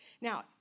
Now